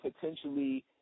potentially